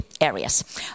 areas